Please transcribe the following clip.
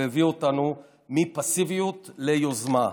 והביא אותנו מפסיביות ליוזמה.